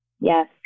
yes